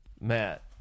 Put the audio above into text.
Matt